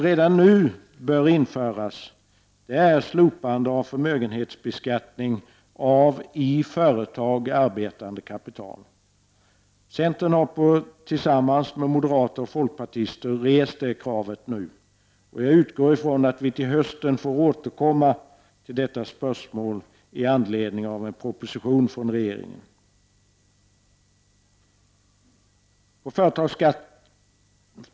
Redan nu bör emellertid förmögenhetsbeskattningen av i företag arbetande kapital slopas. Centern har nu tillsammans med moderater och folkpartister rest detta krav. Jag utgår från att vi till hösten får återkomma till detta spörsmål i anledning av en proposition från regeringen.